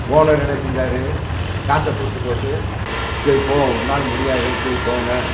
owner என்ன செஞ்சாரு காசை கொடுத்துப்போட்டு சரி போக உன்னால் முடியாது சரி போங்க